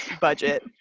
budget